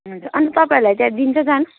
अनि तपाईँहरूलाई त्यहाँ दिन्छ जानु